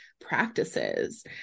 practices